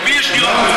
למי יש דירות גדולות?